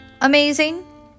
amazing